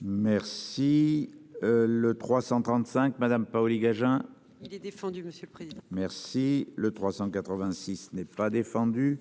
Merci. Le 335 madame Paoli-Gagin. Il est défendu monsieur Prix. Merci. Le 386 n'est pas défendu